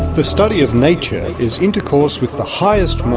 the study of nature is intercourse with the highest